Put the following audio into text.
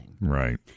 Right